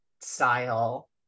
style